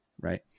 Right